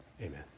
Amen